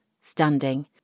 standing